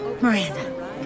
Miranda